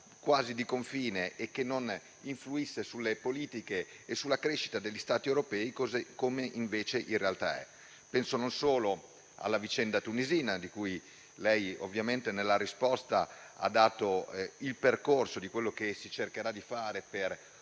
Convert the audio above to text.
quasi di confine e che non influisce sulle politiche e sulla crescita degli Stati europei, come invece in realtà è. Penso non solo alla vicenda tunisina, di cui lei ovviamente nella risposta ha dato il percorso, illustrando quello che si cercherà di fare per